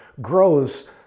grows